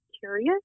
curious